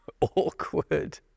Awkward